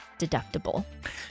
deductible